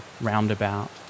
roundabout